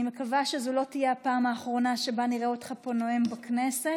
אני מקווה שזו לא תהיה הפעם האחרונה שבה נראה אותך פה נואם בכנסת.